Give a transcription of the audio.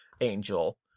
angel